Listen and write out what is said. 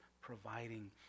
providing